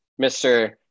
Mr